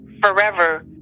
forever